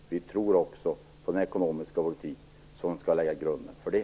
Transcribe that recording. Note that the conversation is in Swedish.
Vi tror också på den ekonomiska politik som skall lägga grunden för det.